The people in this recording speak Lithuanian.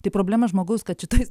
tai problema žmogaus kad šitoj